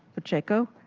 pacheco.